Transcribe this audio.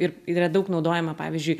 ir yra daug naudojama pavyzdžiui